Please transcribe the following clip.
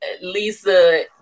Lisa